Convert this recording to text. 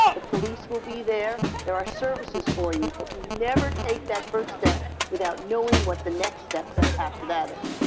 the police will be there. there are services for you, but you never take that first step without knowing what the next step after that is.